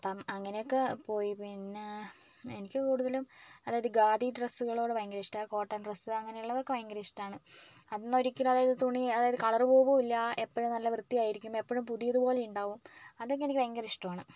അപ്പം അങ്ങനെ ഒക്കെ പോയി പിന്നെ എനിക്ക് കുടുതലും അതായത് ഖാദി ഡ്രസ്സുകളോട് ഭയങ്കര ഇഷ്ടം പിന്നെ കോട്ടന് ഡ്രസ്സ് അങ്ങനെ ഒക്കെ ഉള്ളത് ഭയങ്കര ഇഷ്ടമാണ് തുണി അതായത് കളര് പോവുല്ല എപ്പോഴും നല്ല വ്യത്തിയായിരിക്കും എപ്പോഴും പുതിയത് പോലെ ഉണ്ടാവും അതൊക്കെ എനിക്ക് ഭയങ്കര ഇഷ്ടമാണ്